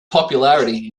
popularity